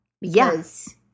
Yes